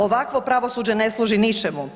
Ovakvo pravosuđe ne služi ničemu.